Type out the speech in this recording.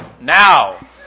now